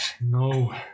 No